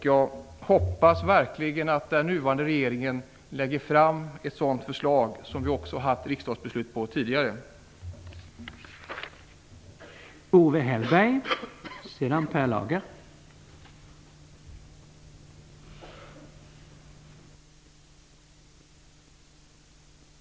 Jag hoppas verkligen att den nuvarande regeringen skall lägga fram ett sådant förslag, något som riksdagen tidigare har fattat beslut om.